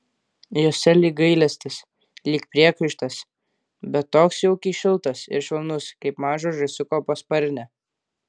jose lyg gailestis lyg priekaištas bet toks jaukiai šiltas ir švelnus kaip mažo žąsiuko pasparnė